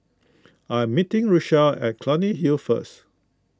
I am meeting Richelle at Clunny Hill first